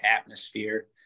atmosphere